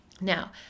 Now